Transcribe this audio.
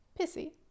pissy